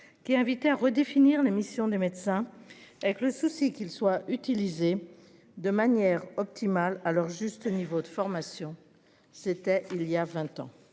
qui invité à redéfinir les missions des médecins avec le souci qu'il soit utilisé de manière optimale à leur juste niveau de formation. C'était il y a 20 ans